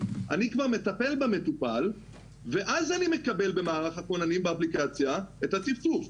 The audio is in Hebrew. אני כבר מטפל במטופל ואז אני מקבל במערך הכוננים באפליקציה את הצפצוף,